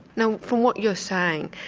now from what you're saying,